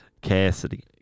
Cassidy